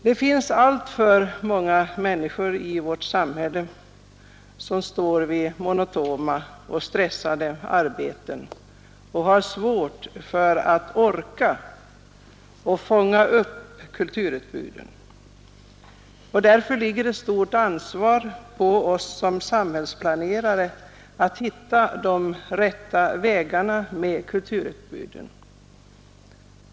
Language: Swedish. Det finns i vårt samhälle alltför många människor som står vid monotona och stressande arbeten och har svårt att orka fånga upp kulturutbuden. Därför ligger det stort ansvar på oss som samhällsplanerare att hitta de rätta vägarna med kulturutbuden.